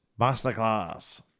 Masterclass